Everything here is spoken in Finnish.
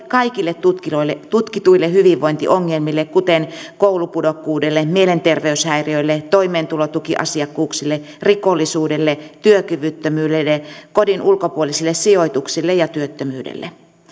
kaikille tutkituille tutkituille hyvinvointiongelmille kuten koulupudokkuulle mielenterveyshäiriöille toimeentulotukiasiakkuuksille rikollisuudelle työkyvyttömyydelle kodin ulkopuolisille sijoituksille ja työttömyydelle